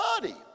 body